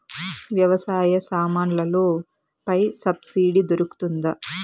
వ్యవసాయ సామాన్లలో పై సబ్సిడి దొరుకుతుందా?